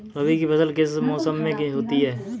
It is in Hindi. रबी की फसल किस मौसम में होती है?